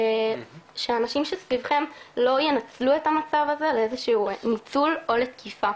ושהאנשים שסביבכם לא ינצלו את המצב הזה לאיזה שהוא ניצול או לתקיפה.